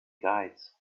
guides